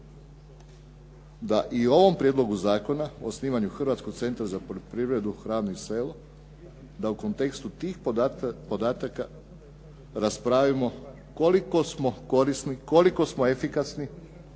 da i u ovom prijedlogu zakona o osnivanju Hrvatskog centra za poljoprivredu, hranu i selo da u kontekstu tih podataka raspravimo koliko smo korisni, koliko smo efikasni.